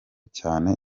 cyane